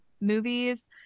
movies